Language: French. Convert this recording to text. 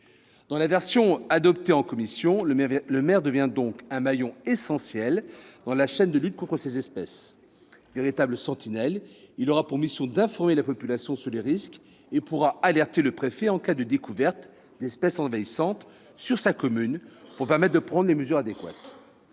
Dans la version adoptée en commission, le maire devient donc un maillon essentiel dans la chaîne de lutte contre ces espèces. Véritable sentinelle, il aura pour mission d'informer la population sur les risques et pourra alerter le préfet en cas de découverte d'espèces envahissantes sur sa commune, pour permettre de prendre les mesures adéquates.